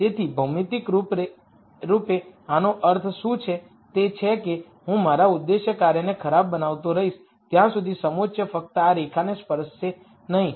તેથી ભૌમિતિક રૂપે આનો અર્થ શું છે તે છે કે હું મારા ઉદ્દેશ્ય કાર્યને ખરાબ બનાવતો રહીશ ત્યાં સુધી સમોચ્ચ ફક્ત આ રેખાને સ્પર્શે નહીં